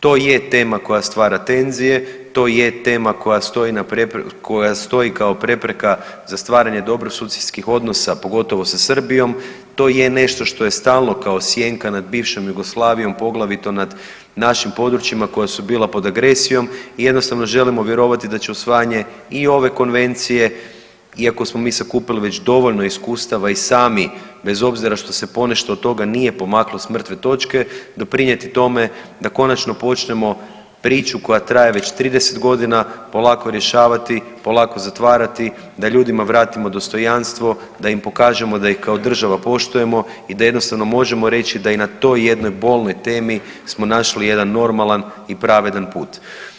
To je tema koja stvara tenzije, to je tema koja stoji kao prepreka za stvaranje dobrosusjedskih odnosa, pogotovo sa Srbijom, to je nešto što je stalno kao sjenka nad bivšom Jugoslavijom, poglavito nad našim područjima koja su bila pod agresijom, i jednostavno želimo vjerovati da će usvajanje i ove Konvencije, iako smo mi sakupili već dovoljno iskustava i sami, bez obzira što se ponešto od toga nije pomaklo s mrtve točke, doprinijeti tome da konačno počnemo priču koja traje već 30 godina, polako rješavati, polako zatvarati, da ljudima vratimo dostojanstvo, da im pokažemo da ih kao država poštujemo i da jednostavno možemo reći i da na toj jednoj bolnoj temi smo našli jedan normalan i pravedan puta.